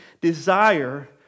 desire